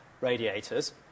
radiators